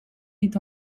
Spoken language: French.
est